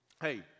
Hey